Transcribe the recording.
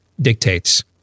dictates